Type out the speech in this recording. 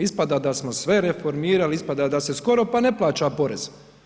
Ispada da smo sve reformirali, ispada da se skoro pa ne plaća porez.